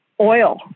oil